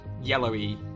yellowy